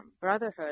Brotherhood